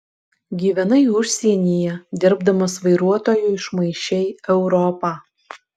gyvenai užsienyje dirbdamas vairuotoju išmaišei europą